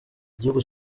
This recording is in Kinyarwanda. igihugu